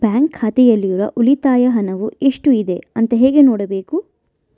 Bank ಖಾತೆಯಲ್ಲಿರುವ ಉಳಿತಾಯ ಹಣವು ಎಷ್ಟುಇದೆ ಅಂತ ಹೇಗೆ ನೋಡಬೇಕು?